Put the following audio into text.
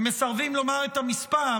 הם מסרבים לומר את המספר,